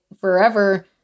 forever